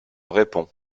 répond